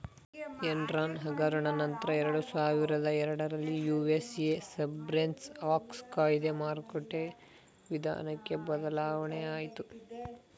Enron ಹಗರಣ ನಂತ್ರ ಎರಡುಸಾವಿರದ ಎರಡರಲ್ಲಿ ಯು.ಎಸ್.ಎ ಸರ್ಬೇನ್ಸ್ ಆಕ್ಸ್ಲ ಕಾಯ್ದೆ ಮಾರುಕಟ್ಟೆ ವಿಧಾನಕ್ಕೆ ಬದಲಾವಣೆಯಾಗಿತು